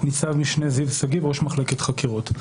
אני ניצב-משנה זיו שגיב, ראש מחלקת חקירות.